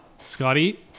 Scotty